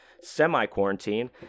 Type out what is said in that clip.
semi-quarantine